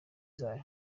zayo